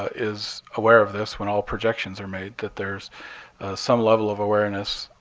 is aware of this when all projections are made. that there's some level of awareness,